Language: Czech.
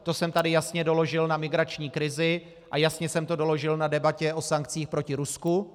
To jsem tady jasně doložil na migrační krizi a jasně jsem to doložil na debatě o sankcích proti Rusku.